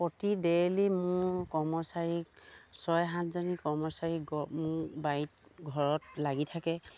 প্ৰতি ডেইলী মোৰ কৰ্মচাৰীক ছয় সাতজনী কৰ্মচাৰীক মোৰ বাৰীত ঘৰত লাগি থাকে